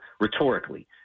rhetorically